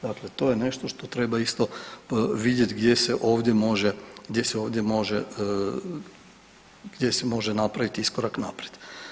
Dakle, to je nešto što treba isto vidjeti gdje se ovdje može, gdje se ovdje može, gdje se može napraviti iskorak naprijed.